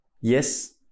yes